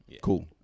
cool